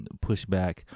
pushback